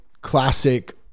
classic